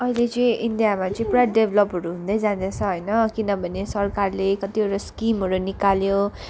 अहिले चाहिँ इन्डियामा चाहिँ पुरा डेभ्लोपहरू हुँदै जाँदैछ होइन किनभने सरकारले कतिवटा स्किमहरू निकाल्यो